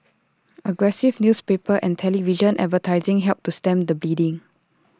aggressive newspaper and television advertising helped to stem the bleeding